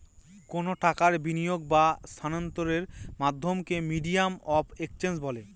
কোনো টাকার বিনিয়োগ বা স্থানান্তরের মাধ্যমকে মিডিয়াম অফ এক্সচেঞ্জ বলে